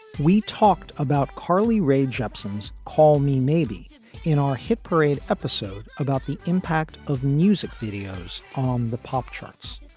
we talked about carly rae jepsen's call me maybe in our hit parade episode about the impact of music videos on the pop charts.